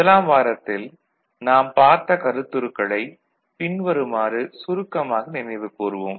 முதலாம் வாரத்தில் நாம் பார்த்த கருத்துருக்களை பின்வருமாறு சுருக்கமாக நினைவு கூர்வோம்